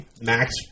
Max